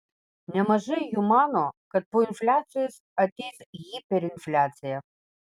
nemažai jų mano kad po infliacijos ateis hiperinfliacija